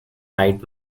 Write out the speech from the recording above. eyed